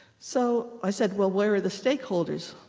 so i said, well, where are the stakeholders?